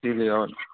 ఇవి కావాలి